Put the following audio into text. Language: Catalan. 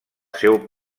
seu